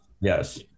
Yes